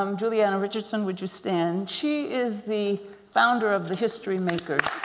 um julianna richardson would you stand. she is the founder of the history makers.